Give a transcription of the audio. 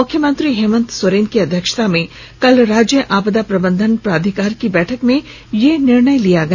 मुख्यमंत्री हेमंत सोरेन की अध्यक्षता में कल राज्य आपदा प्रबंधन प्राधिकार की बैठक में यह निर्णय लिया गया